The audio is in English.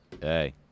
Hey